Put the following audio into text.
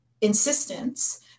insistence